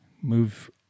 move